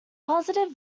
positive